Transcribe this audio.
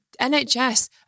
NHS